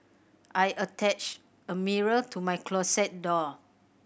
I attached a mirror to my closet door